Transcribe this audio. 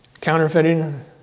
counterfeiting